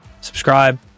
subscribe